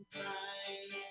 time